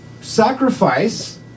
Sacrifice